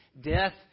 Death